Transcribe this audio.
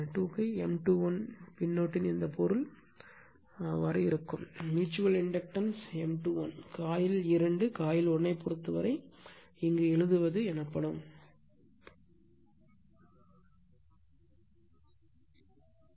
M 2 1 என்ற பின்னொட்டின் இந்த பொருள் அது போன்றது mutual inductance M 2 1 coil 2 coil 1 ஐப் பொறுத்தவரை இங்கு எழுதுவது ஆகும்